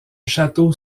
château